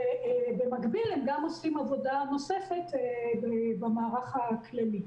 ובמקביל הם גם עושים עבודה נוספת במערך הכללי.